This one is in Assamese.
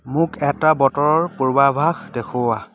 মোক এটা বতৰৰ পূৰ্বাভাস দেখুওৱা